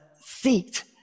seat